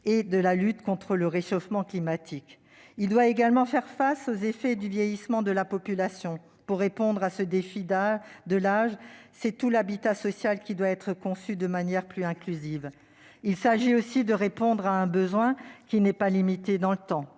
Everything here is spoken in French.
et de la lutte contre le réchauffement climatique. Il doit également faire face aux effets du vieillissement de la population. Pour répondre à ce défi de l'âge, c'est tout l'habitat social qui doit être conçu de manière plus inclusive. Il s'agit aussi de répondre à un besoin appelé à perdurer.